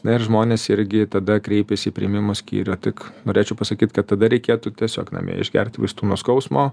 ir žmonės irgi tada kreipiasi į priėmimo skyrių tik norėčiau pasakyt kad tada reikėtų tiesiog namie išgert vaistų nuo skausmo